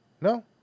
No